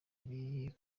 ari